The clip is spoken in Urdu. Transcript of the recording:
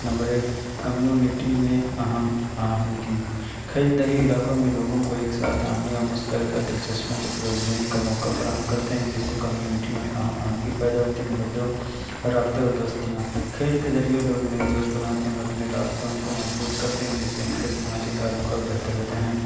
نمبر ایک کمیونٹی میں ہم آہنگی کھیل دیہی علاقوں میں لوگوں کو ایک ساتھ آنے اور مشترکہ دلچسپوں کو فروغ دینے کا موقع فراہم کرتے ہیں جس سے کمیونٹی میں ہم آہنگی پیدا ہوتی ہے نمبر دو رابطے اور دوستیاں کھیل کے ذریعے لوگ نئے دوست بناتے ہیں اور اپنے رابطوں کو مضبوط کرتے ہیں جس سے ان کے سماجی تعلقات بہتر ہوتے ہیں